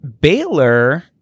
Baylor